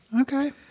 Okay